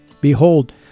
Behold